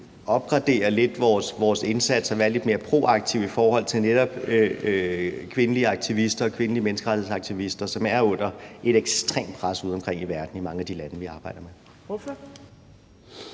opgradere vores indsats lidt og være lidt mere proaktive i forhold til netop kvindelige aktivister og kvindelige menneskerettighedsaktivister, som altså er under et ekstremt pres ude omkring i verden i mange af de lande, vi samarbejder med?